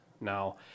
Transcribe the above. Now